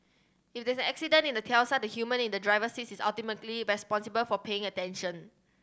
if there's an accident in a Tesla the human in the driver's seat is ultimately responsible for paying attention